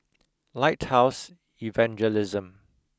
Lighthouse Evangelism